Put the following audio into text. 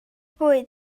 bwyd